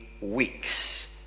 weeks